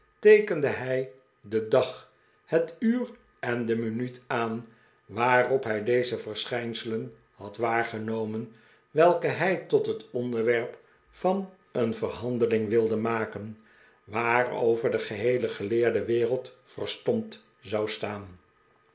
teekende hij den dag het uur en de minuut aan waarop hij deze versehijnselen had waargenomen welke hij tot het onderwerp van een verhandeling wilde maken waarover de geheele geleerde wereld verstomd zou staan